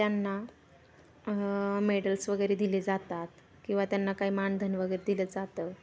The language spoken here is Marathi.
त्यांना मेडल्स वगैरे दिले जातात किंवा त्यांना काय मानधन वगैरे दिलं जातं